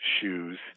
shoes